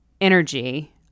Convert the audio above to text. energy